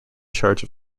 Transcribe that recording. charge